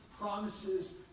promises